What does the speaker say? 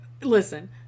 Listen